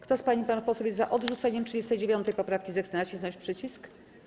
Kto z pań i panów posłów jest za odrzuceniem 39. poprawki, zechce nacisnąć przycisk.